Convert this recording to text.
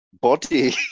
body